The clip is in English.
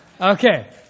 Okay